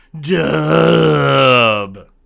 dub